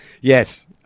Yes